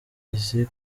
izi